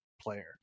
player